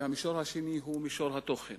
והשני הוא מישור התוכן.